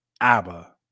ABBA